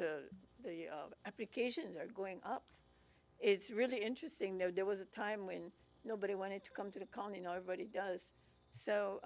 how the the applications are going up it's really interesting though there was a time when nobody wanted to come to the colony nobody does so